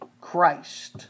Christ